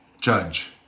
Judge